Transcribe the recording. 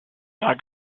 zwar